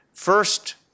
First